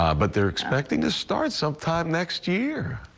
ah but they're expecting to start sometime next year.